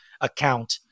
account